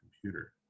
computer